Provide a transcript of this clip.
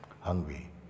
hungry